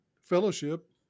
Fellowship